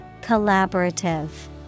Collaborative